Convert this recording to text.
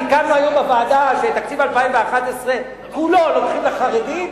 סיכמנו היום בוועדה שאת תקציב 2011 כולו לוקחים לחרדים,